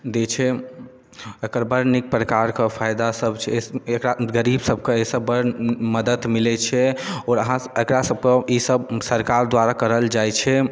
दै छै एकर बड़ नीक प्रकार के फायदा सभ छै एकरा गरीब सभके एहि सऽ बड़ मदद मिलै छै आओर अहाँ एकरा सभके ई सभ सरकार द्वारा करल जाइ छै